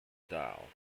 dial